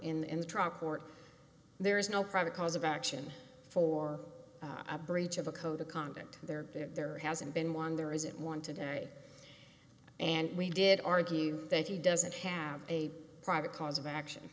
court there is no private cause of action for a breach of a code of conduct there there hasn't been one there isn't one today and we did argue that he doesn't have a private cause of action